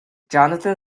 jonathan